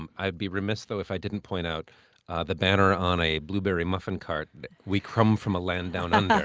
um i'd be remiss, though, if i didn't point out the banner on a blueberry muffin cart we crumb from a land down under.